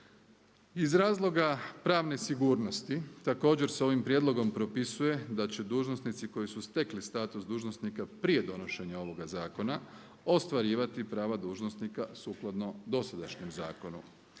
Iz razloga pravne sigurnosti također se ovim prijedlogom propisuje da će dužnosnici koji su stekli status dužnosnika prije donošenja ovoga zakona ostvarivati prava dužnosnika sukladno dosadašnjem zakonu.